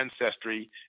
ancestry